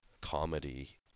comedy